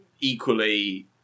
Equally